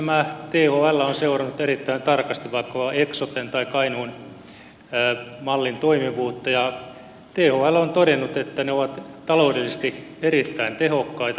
esimerkiksi thl on seurannut erittäin tarkasti vaikkapa eksoten tai kainuun mallin toimivuutta ja thl on todennut että ne ovat taloudellisesti erittäin tehokkaita